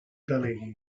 delegui